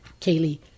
Kaylee